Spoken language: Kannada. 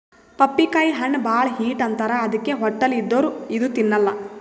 ಪಪ್ಪಿಕಾಯಿ ಹಣ್ಣ್ ಭಾಳ್ ಹೀಟ್ ಅಂತಾರ್ ಅದಕ್ಕೆ ಹೊಟ್ಟಲ್ ಇದ್ದೋರ್ ಇದು ತಿನ್ನಲ್ಲಾ